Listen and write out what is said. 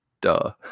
duh